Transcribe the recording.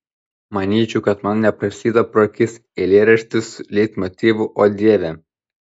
manyčiau kad man nepraslydo pro akis eilėraštis su leitmotyvu o dieve